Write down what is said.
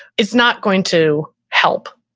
it's not going to help.